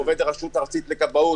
עובד רשות ארצית לכבאות,